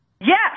Yes